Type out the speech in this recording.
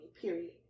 Period